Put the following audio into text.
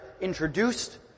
introduced